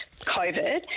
COVID